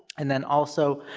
and then also,